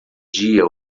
dia